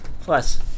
plus